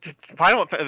Final